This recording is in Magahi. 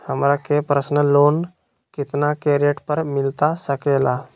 हमरा के पर्सनल लोन कितना के रेट पर मिलता सके ला?